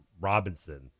Robinson